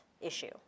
issue